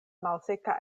malseka